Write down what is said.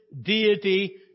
deity